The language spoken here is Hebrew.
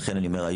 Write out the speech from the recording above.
לכן אני אומר,